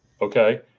Okay